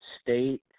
state